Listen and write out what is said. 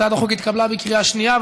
הצעת החוק התקבלה בקריאה שנייה.